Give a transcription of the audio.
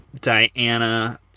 Diana